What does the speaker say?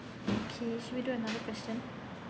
okay should we do another question